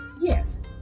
yes